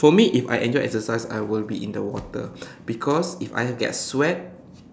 for me if I enjoy exercise I will be in the water because if I get sweat